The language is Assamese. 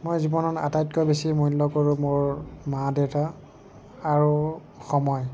মই জীৱনত আটাইতকৈ বেছি মূল্য কৰোঁ মোৰ মা দেউতা আৰু সময়